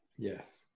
Yes